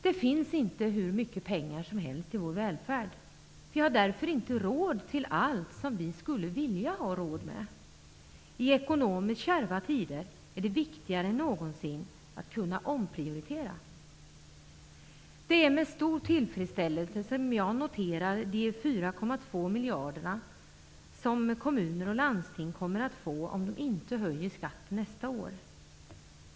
Det finns inte hur mycket pengar som helst till vår välfärd. Vi har därför inte råd med allt vi skulle vilja ha råd med. I ekonomiskt kärva tider är det viktigare än någonsin att kunna omprioritera. Det är med stor tillfredsställelse jag noterar att kommuner och landsting kommer att få 4,2 miljarder kronor om de inte höjer skatten nästa år.